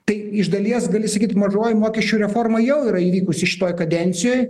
tai iš dalies gali sakyt mažoji mokesčių reforma jau yra įvykusi šitoj kadencijoj